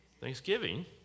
thanksgiving